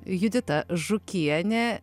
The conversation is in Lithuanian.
judita žukienė